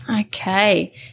Okay